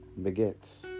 begets